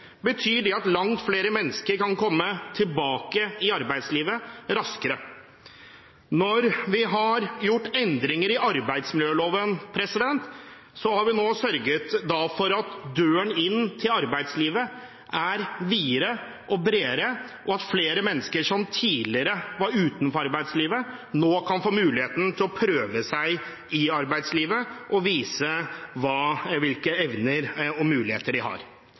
betyr det at langt flere mennesker kan komme tilbake i arbeidslivet raskere. Når vi nå har gjort endringer i arbeidsmiljøloven, har vi sørget for at døren inn til arbeidslivet er videre og bredere, og at flere mennesker som tidligere var utenfor arbeidslivet, nå kan få muligheten til å prøve seg i arbeidslivet og vise hvilke evner og muligheter de har.